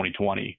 2020